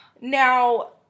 Now